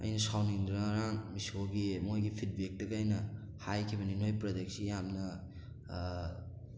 ꯑꯩꯅ ꯁꯥꯎꯅꯤꯡꯗꯅ ꯉꯔꯥꯡ ꯃꯤꯁꯣꯒꯤ ꯃꯣꯏꯒꯤ ꯐꯤꯗ ꯕꯦꯛꯇꯒ ꯑꯩꯅ ꯍꯥꯏꯈꯤꯕꯅꯤ ꯅꯣꯏ ꯄ꯭ꯔꯗꯛꯁꯤ ꯌꯥꯝꯅ